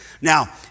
Now